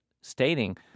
stating